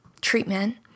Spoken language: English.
treatment